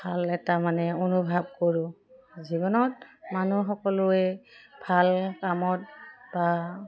ভাল এটা মানে অনুভৱ কৰোঁ জীৱনত মানুহ সকলোৱে ভাল কামত বা